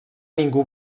ningú